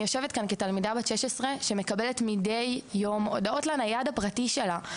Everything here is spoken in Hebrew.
אני יושבת כאן כתלמידה בת 16 שמקבלת מידי יום הודעות לנייד הפרטי שלה,